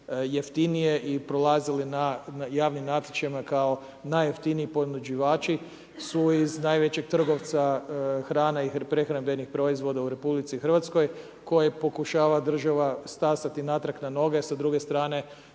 jeftinije i prolazili na javnim natječajima kao najjeftiniji ponuđači su iz najvećih trgovca hrana i prehrambenih proizvoda u RH, koje pokušava država stasati natrag na noge, a s druge strane,